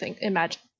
imagine